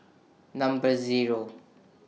Number Zero